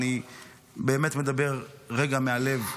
אני באמת מדבר רגע מהלב.